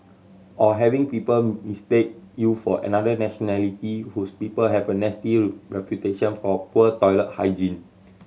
or having people mistake you for another nationality whose people have a nasty reputation for poor toilet hygiene